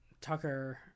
Tucker